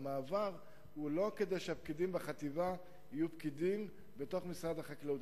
המעבר הוא לא כדי שהפקידים בחטיבה יהיו פקידים במשרד החקלאות.